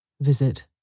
Visit